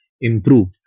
improve